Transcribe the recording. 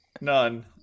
None